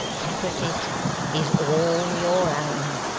tappertit is all your own